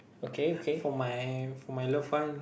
okay okay